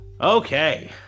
Okay